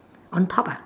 on top ah